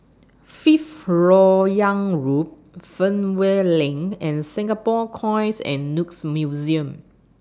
Fifth Lok Yang Road Fernvale LINK and Singapore Coins and Notes Museum